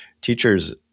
teachers